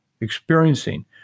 experiencing